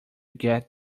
get